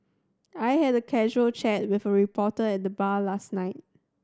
I had a casual chat with a reporter at the bar last night